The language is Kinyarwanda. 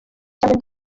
cyangwa